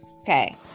Okay